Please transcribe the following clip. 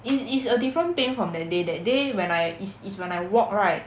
is is a different pain from that day that day when I is is when I walk right